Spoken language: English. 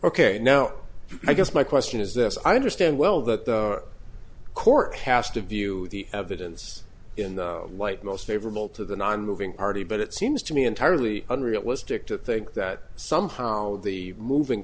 ok now i guess my question is this i understand well that the court has to view the evidence in the light most favorable to the nonmoving party but it seems to me entirely unrealistic to think that somehow the moving